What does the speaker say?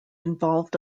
involved